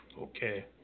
Okay